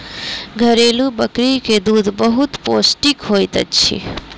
घरेलु बकरी के दूध बहुत पौष्टिक होइत अछि